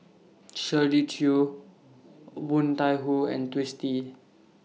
Shirley Chew Woon Tai Ho and Twisstii